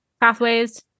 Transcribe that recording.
pathways